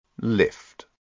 lift